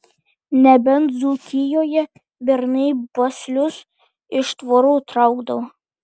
nebent dzūkijoje bernai baslius iš tvorų traukdavo